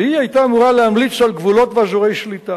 והיא היתה אמורה להמליץ על גבולות ואזורי שליטה.